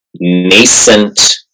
nascent